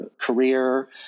career